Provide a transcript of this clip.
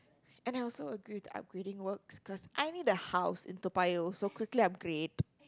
and I also agree that upgrading works because I need a house in Toa-Payoh so quickly upgrade